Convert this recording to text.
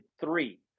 three